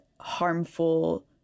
harmful